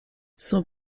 son